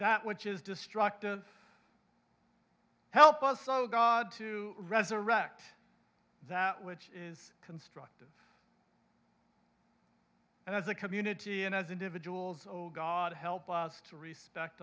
that which is destructive help us so god to resurrect that which is can and as a community and as individuals or god help us to respect